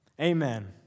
Amen